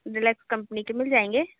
deluxe company के मिल जाएँगे